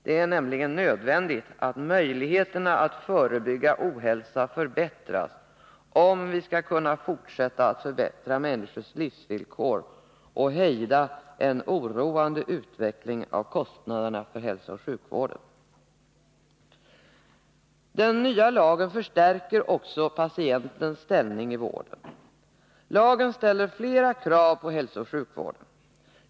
Det är nödvändigt att möjligheterna att förebygga ohälsa förbättras, om vi skall kunna fortsätta att förbättra människornas livsvillkor och hejda en oroande utveckling av kostnaderna för hälsooch sjukvården. Den nya lagen förstärker också patientens ställning i vården. Lagen ställer flera krav på hälsooch sjukvården.